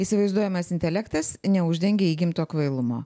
įsivaizduojamas intelektas neuždengia įgimto kvailumo